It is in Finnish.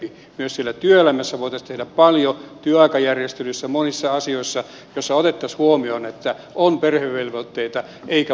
myös siellä työelämässä voitaisiin tehdä paljon työaikajärjestelyissä monissa asioissa joissa otettaisiin huomioon että on perhevelvoitteita eikä vain työtä